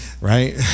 right